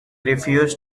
refused